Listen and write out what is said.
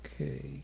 okay